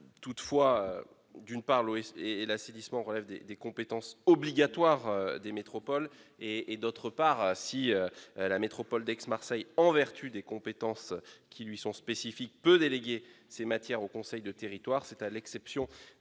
Toutefois, d'une part, l'eau et l'assainissement relèvent des compétences obligatoires des métropoles et, d'autre part, si la métropole d'Aix-Marseille-Provence, en vertu des compétences qui lui sont spécifiques, peut déléguer ces matières au conseil de territoire, c'est à l'exception